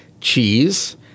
cheese